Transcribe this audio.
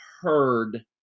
Heard